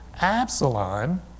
Absalom